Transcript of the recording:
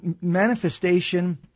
Manifestation